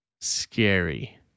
scary